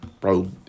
bro